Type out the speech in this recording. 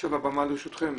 עכשיו הבמה לרשותכם,